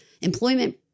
employment